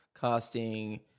Casting